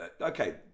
Okay